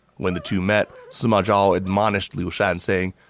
when the two met, sima zhao admonished liu shan, saying,